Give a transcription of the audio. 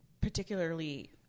particularly